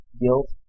guilt